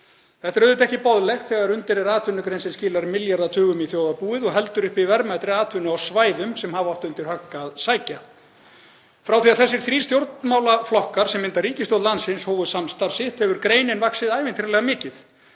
Þetta er auðvitað ekki boðlegt þegar undir er atvinnugrein sem skilar milljarða tugum í þjóðarbúið og heldur uppi verðmætri atvinnu á svæðum sem hafa átt undir högg að sækja. Frá því að þessir þrír stjórnmálaflokkar sem mynda ríkisstjórn landsins hófu samstarf sitt hefur greinin vaxið ævintýralega mikið.